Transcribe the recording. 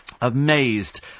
Amazed